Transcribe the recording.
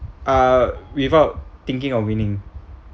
uh without thinking of winning